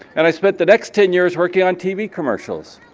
and i spent the next ten years working on tv commercials.